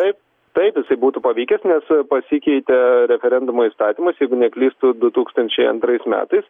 taip tai jisai būtų pavykę nes pasikeitė referendumo įstatymas jeigu neklystu du tūkstančiai antrais metais